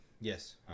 Yes